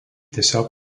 tiesiog